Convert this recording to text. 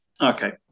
Okay